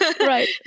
Right